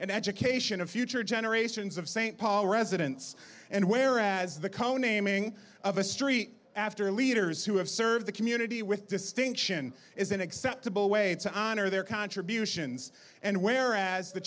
and education of future jenner of st paul residence and whereas the co naming of a street after leaders who have served the community with distinction is an acceptable way to honor their contributions and whereas the